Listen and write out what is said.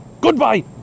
goodbye